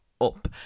up